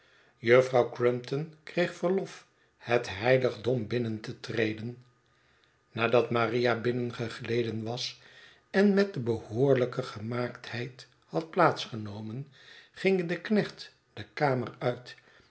juffrouw crumpton kreegverlof het heiligdom binnen te treden nadat maria binnengegleden was en met de behoorlijkegemaaktheid had plaats genomen ging de knecht dekamer uit